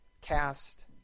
cast